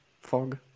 fog